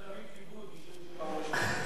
צריך להביא כיבוד, מי שיושב פעם ראשונה.